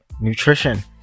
Nutrition